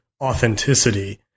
authenticity